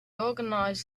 organized